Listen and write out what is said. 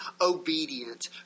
obedient